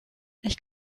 ich